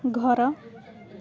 ଘର